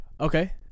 Okay